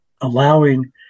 allowing